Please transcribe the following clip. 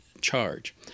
charge